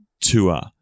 tour